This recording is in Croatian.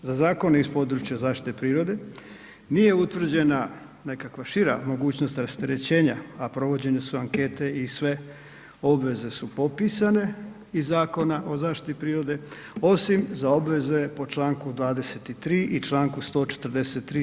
Za zakone iz područja zaštite prirode nije utvrđena nekakva šira mogućnost rasterećenja, a provođene su ankete i sve obveze su popisane iz Zakona o zaštiti prirode, osim za obveze po čl. 23. i čl. 143.